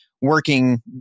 working